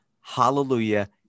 hallelujah